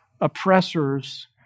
oppressors